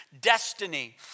destiny